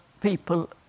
people